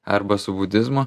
arba su budizmu